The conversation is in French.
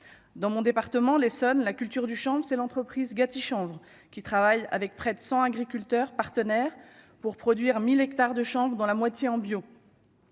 dans mon département, l'Essonne, la culture du chanvre, c'est l'entreprise Gatti chanvre qui travaillent avec près de 100 agriculteur partenaire pour produire 1000 hectares de chanvre dans la moitié en bio.